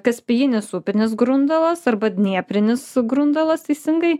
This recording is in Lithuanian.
kaspijinis upinis grundalas arba dnieprinis grundalas teisingai